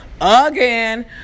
again